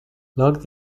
logged